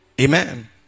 Amen